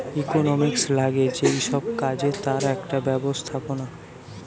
economics লাগে যেই সব কাজে তার একটা ব্যবস্থাপনা